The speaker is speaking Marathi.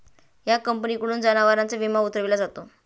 या कंपनीकडून जनावरांचा विमा उतरविला जातो